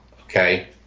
okay